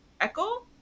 echo